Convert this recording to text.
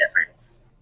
difference